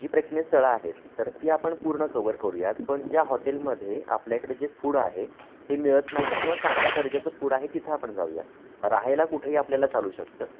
जी प्रेक्षणीय स्थळं आहेत तर ती आपण पूर्ण कवर करूयाच पण ज्या हॉटेलमध्ये आपल्याकडे जे फूड आहे ते मिळत नाही किंवा चांगल्या दर्जाचं फूड आहे तिथं आपण जाऊया राहायला कुठंही आपल्याला चालू शकतं